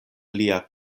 lia